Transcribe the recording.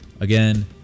again